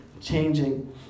changing